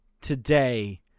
today